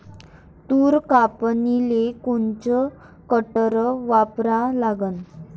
तूर कापनीले कोनचं कटर वापरा लागन?